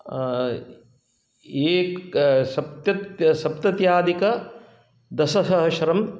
एकसप्तत्यधिक दशसहस्रं